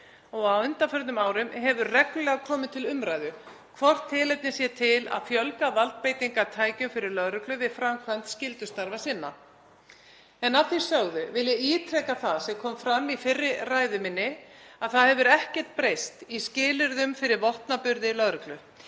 og á undanförnum árum hefur reglulega komið til umræðu hvort tilefni sé til að fjölga valdbeitingartækjum fyrir lögreglu við framkvæmd skyldustarfa. Að því sögðu vil ég ítreka það sem kom fram í fyrri ræðu minni, að það hefur ekkert breyst í skilyrðum fyrir vopnaburði lögreglu.